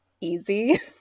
easy